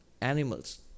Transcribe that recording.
animals